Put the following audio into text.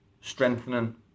strengthening